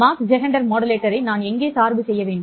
Mach Zehnder மாடுலேட்டரை நான் எங்கே சார்பு செய்ய வேண்டும்